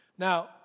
Now